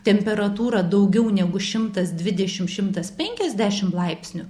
temperatūra daugiau negu šimtas dvidešim šimtas penkiasdešim laipsnių